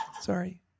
sorry